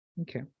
okay